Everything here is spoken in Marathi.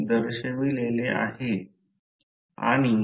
तर त्याची सर्क्यमफरन्स 2 π r आहे जी प्रत्यक्षात l 2 π r आहे